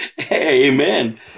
Amen